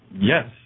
Yes